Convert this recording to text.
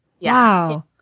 Wow